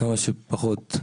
כמה שפחות,